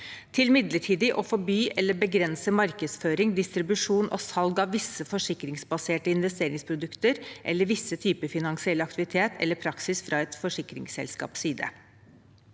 til midlertidig å forby eller begrense markedsføring, distribusjon og salg av visse forsikringsbaserte investeringsprodukter eller visse typer finansiell aktivitet eller praksis fra et forsikringsselskaps side.